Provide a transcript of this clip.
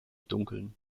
dunkeln